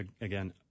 again